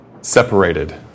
Separated